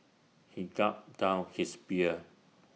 he gulped down his beer